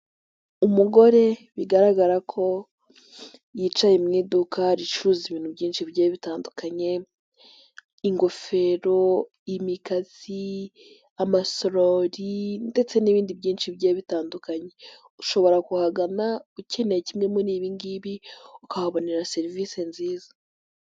Umugore bigaragara ko yicaye mu iduka ricuruza ibintu byinshi bigiye bitandukanye ingofero, imikasi, amasorori, ndetse n'ibindi byinshi bitandukanye. Ushobora kuhagana ukeneye kimwe muri ibingibi ukahabonera serivisi nziza.